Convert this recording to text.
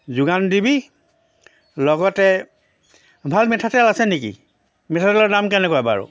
যোগান দিবি লগতে ভাল মিঠাতেল আছে নেকি মিঠাতেলৰ দাম কেনেকুৱা বাৰু